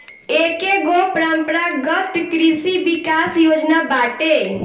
एकेगो परम्परागत कृषि विकास योजना बाटे